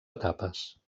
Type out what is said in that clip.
etapes